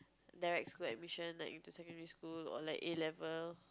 direct school admission like into secondary school or like A-level